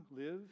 live